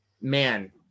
man